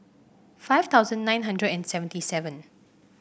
five thousand nine hundred and seventy seven